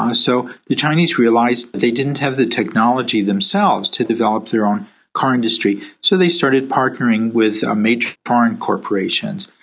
um so the chinese realised they didn't have the technology themselves to develop their own car industry, so they started partnering with ah major foreign corporations.